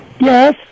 Yes